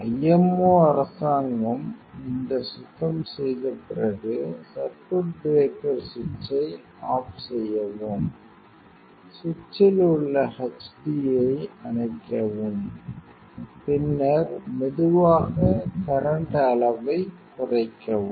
IMO அரசாங்கம் இந்த சுத்தம் செய்த பிறகு சர்க்யூட் பிரேக்கர் சுவிட்சை ஆஃப் செய்யவும் சுவிட்சில் உள்ள hd ஐ அணைக்கவும் பின்னர் மெதுவாக கரண்ட் அளவை குறைக்கவும்